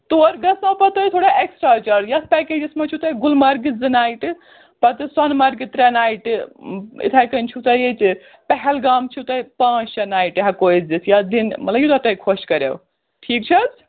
تور گژھنو پَتہٕ تۄہہِ تھوڑا ایٚکسٹرا چارٕج یَتھ پیکیجَس منٛز چھُو تۄہہِ گُلمَرگہِ زٕ نایٹہِ پَتہٕ سۄنہٕ مَرگہِ ترٛےٚ نایٹہِ یِتھَے کٔنۍ چھُو تۄہہِ ییٚتہِ پہلگام چھُ تۄہہِ پانٛژھ شےٚ نایٹہِ ہیٚکو أسۍ دِتھ یا دِنۍ مطلب یوٗتاہ تۄہہِ خۄش کَرو ٹھیٖک چھِ حظ